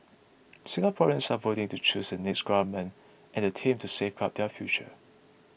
Singaporeans are voting to choose the next government and the team to safeguard their future